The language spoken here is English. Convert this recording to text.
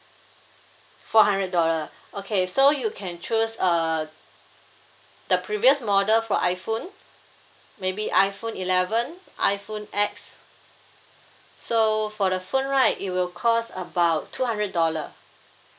four hundred dollar okay so you can choose uh the previous model for iphone maybe iphone eleven iphone X so for the phone right it will cost about two hundred dollar